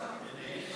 הנה,